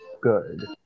good